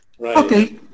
Okay